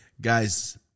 Guys